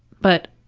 but,